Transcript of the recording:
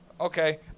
Okay